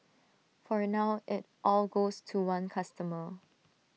for now IT all goes to one customer